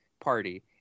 party